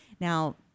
Now